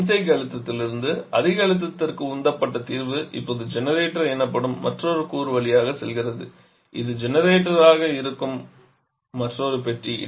மின்தேக்கி அழுத்தத்திற்கு அதிக அழுத்தத்திற்கு உந்தப்பட்ட தீர்வு இப்போது ஜெனரேட்டர் எனப்படும் மற்றொரு கூறு வழியாக செல்கிறது இது ஜெனரேட்டராக இருக்கும் மற்றொரு பெட்டி